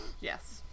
Yes